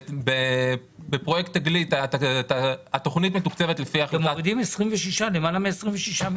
הם מורידים למעלה מ-26 מיליון שקלים.